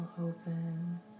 open